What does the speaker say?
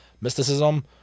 mysticism